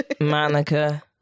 monica